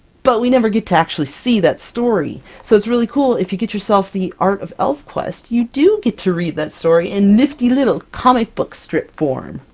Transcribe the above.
but we never get to actually see that story! so it's really cool. if you get yourself the art of elfquest, you do get to read that story in nifty-little comic book strip form!